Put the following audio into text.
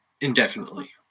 indefinitely